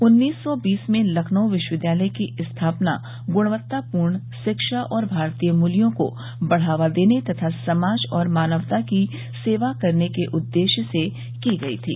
उन्नीस सौ बीस में लखनऊ विश्वविद्यालय की स्थापना ग्णवत्तापूर्ण शिक्षा और भारतीय मूल्यों को बढ़ावा देने तथा समाज और मानवता की सेवा करने के उद्देश्य से की गई थी